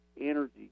energy